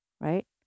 right